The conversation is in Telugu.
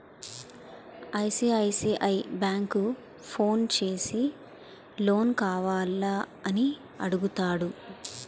ఐ.సి.ఐ.సి.ఐ బ్యాంకు ఫోన్ చేసి లోన్ కావాల అని అడుగుతాడు